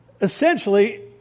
Essentially